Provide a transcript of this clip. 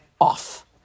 off